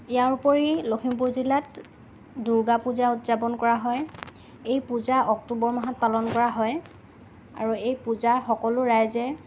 ইয়াৰোপৰি লখিমপুৰ জিলাত দুৰ্গা পূজা উদযাপন কৰা হয় এই পূজা অক্টোবৰ মাহত পালন কৰা হয় আৰু এই পূজা সকলো ৰাইজে